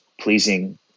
pleasing